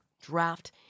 Draft